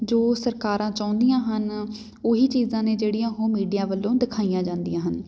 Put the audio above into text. ਜੋ ਸਰਕਾਰਾਂ ਚਾਹੁੰਦੀਆਂ ਹਨ ਉਹੀ ਚੀਜ਼ਾਂ ਨੇ ਜਿਹੜੀਆਂ ਉਹ ਮੀਡੀਆ ਵੱਲੋਂ ਦਿਖਾਈਆਂ ਜਾਂਦੀਆਂ ਹਨ